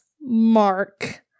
mark